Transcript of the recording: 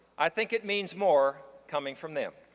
i think it means more coming from them.